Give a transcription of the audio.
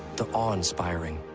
the awe-inspiring.